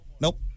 Nope